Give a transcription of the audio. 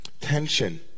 tension